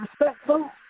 respectful